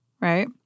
right